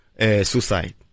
suicide